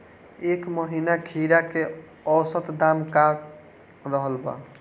एह महीना खीरा के औसत दाम का रहल बा?